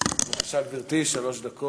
ו-7294.